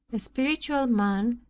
a spiritual man,